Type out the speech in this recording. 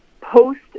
post